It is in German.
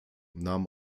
nahm